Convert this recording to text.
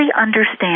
understand